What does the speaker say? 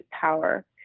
power